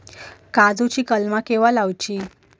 काजुची कलमा केव्हा लावची?